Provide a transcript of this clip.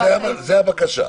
זו הבקשה.